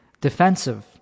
defensive